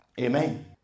Amen